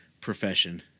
profession